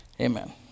amen